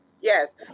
Yes